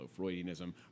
Freudianism